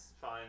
fine